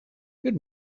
good